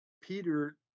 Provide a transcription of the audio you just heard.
Peter